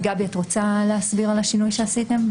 גבי, את רוצה להסביר את השינוי שעשיתם?